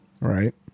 Right